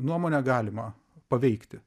nuomonę galima paveikti